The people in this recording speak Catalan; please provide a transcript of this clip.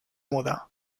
muda